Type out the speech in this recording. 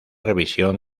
revisión